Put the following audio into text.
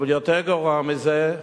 אבל יותר גרוע מזה,